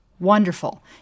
Wonderful